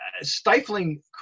stifling